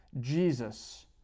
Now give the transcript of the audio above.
Jesus